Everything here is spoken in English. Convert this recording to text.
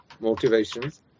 motivations